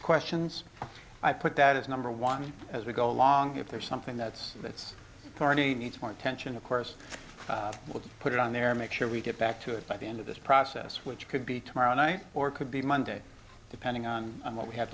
questions i put that as number one as we go along if there's something that's that's corny needs more attention of course we'll put it on there make sure we get back to it by the end of this process which could be tomorrow night or could be monday depending on what we have